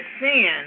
sin